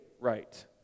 right